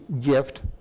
gift